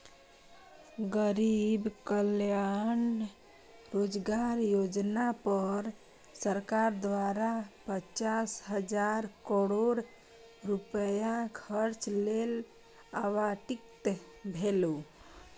गरीब कल्याण रोजगार योजना पर सरकार द्वारा पचास हजार करोड़ रुपैया खर्च लेल आवंटित भेलै